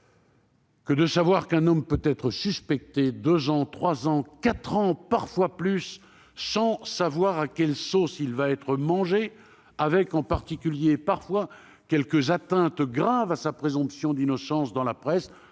que de savoir qu'un homme peut être suspecté pendant deux, trois, quatre ans, parfois plus, sans savoir à quelle sauce il va être mangé, avec, parfois, quelques atteintes graves à sa présomption d'innocence dans la presse.